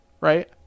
right